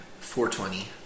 420